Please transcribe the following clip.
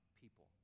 people